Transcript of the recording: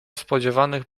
spodziewanych